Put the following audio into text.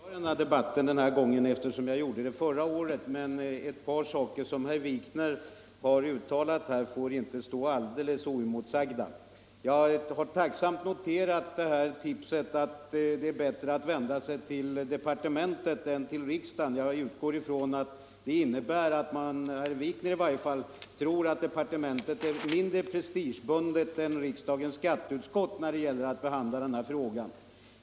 Herr talman! Jag hade inte för avsikt att delta i debatten denna gång, eftersom jag gjorde det förra året. Men ett par uttalanden av herr Wikner får inte stå alldeles oemotsagda. Jag har också tacksamt noterat tipset att det är bättre att vända sig till departementet än till riksdagen. Jag utgår ifrån att det innebär att herr Wikner tror att departementet är mindre prestigebundet än riksdagens skatteutskott när det gäller att behandla denna fråga.